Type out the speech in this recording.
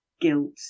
guilt